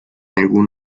algún